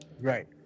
Right